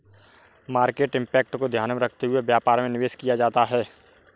market impact को ध्यान में रखते हुए व्यापार में निवेश किया जाता है